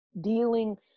dealing